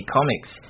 Comics